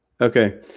Okay